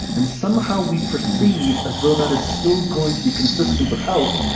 and somehow, we perceive as though that is still going to be consistent with health,